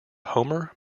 homer